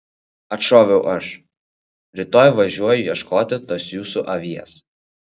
atšoviau aš rytoj važiuoju ieškoti tos jūsų avies